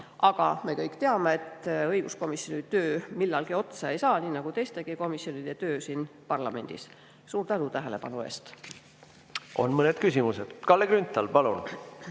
Aga me kõik teame, et õiguskomisjoni töö otsa ei saa, nii nagu teistegi komisjonide töö siin parlamendis. Suur tänu tähelepanu eest! On mõned küsimused. Kalle Grünthal, palun!